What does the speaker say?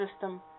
system